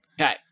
Okay